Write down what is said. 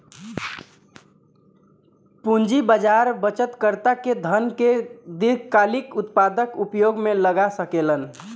पूंजी बाजार बचतकर्ता के धन के दीर्घकालिक उत्पादक उपयोग में लगा सकेलन